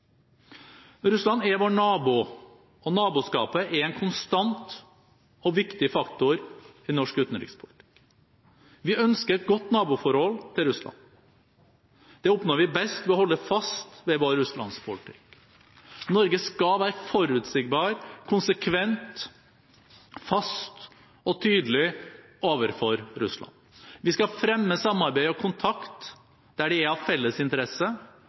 Russland er vår nabo, og naboskapet er en konstant og viktig faktor i norsk utenrikspolitikk. Vi ønsker et godt naboforhold til Russland. Det oppnår vi best ved å holde fast ved vår russlandspolitikk. Norge skal være forutsigbar, konsekvent, fast og tydelig overfor Russland. Vi skal fremme samarbeid og kontakt der det er felles interesse,